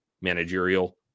managerial